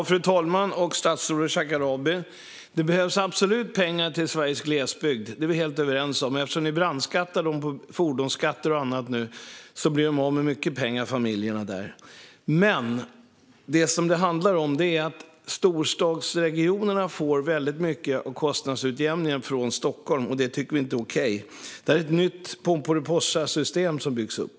Fru talman! Statsrådet Shekarabi! Det behövs absolut pengar till Sveriges glesbygd; det är vi helt överens om. Men eftersom ni nu brandskattar familjerna där med fordonskatt och annat blir de av med mycket pengar. Men det som det handlar om här är att storstadsregionerna får mycket av kostnadsutjämningen från Stockholm, och det tycker vi inte är okej. Det är ett nytt Pomperipossasystem som byggs upp.